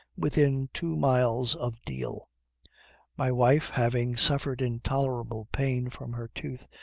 within two miles of deal my wife, having suffered intolerable pain from her tooth,